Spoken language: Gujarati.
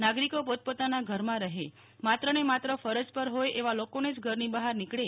નાગરિકો પોતપોતાના ઘરમાં રહે માત્રને માત્ર ફરજ પર હોય એવા લોકો જ ઘરની બહાર નીકળે